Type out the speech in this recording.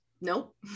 Nope